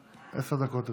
עשר דקות לרשותך,